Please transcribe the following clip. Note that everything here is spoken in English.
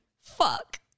Fuck